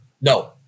No